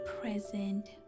present